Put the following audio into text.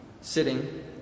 sitting